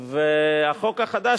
החוק החדש,